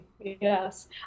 yes